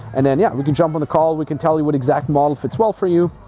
and then yeah, we can jump on the call. we can tell you what exact model fits well for you.